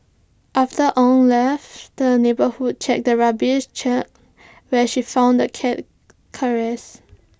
after Ow left the neighbourhood checked the rubbish chute where she found the cat's carcass